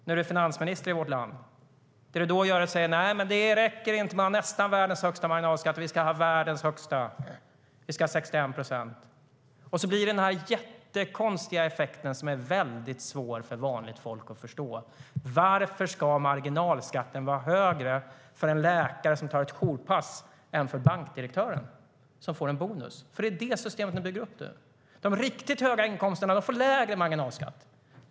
Nu är du finansminister i vårt land och säger: Nej, det räcker inte att nästan ha världens högsta marginalskatt. Vi ska ha världens högsta - vi ska ha 61 procent. Då blir det den där jättekonstiga effekten som är väldigt svår för vanligt folk att förstå: Varför ska marginalskatten vara högre för en läkare som tar ett jourpass än för bankdirektören som får en bonus? Det är detta system ni nu bygger upp. De med riktigt höga inkomster får lägre marginalskatt.